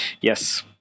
Yes